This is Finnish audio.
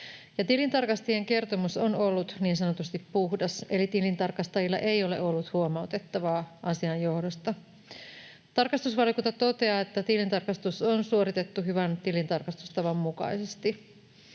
tilintarkastajien kertomus on ollut niin sanotusti puhdas, eli tilintarkastajilla ei ole ollut huomautettavaa asian johdosta. Tarkastusvaliokunta toteaa, että tilintarkastus on suoritettu hyvän tilintarkastustavan mukaisesti.